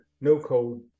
no-code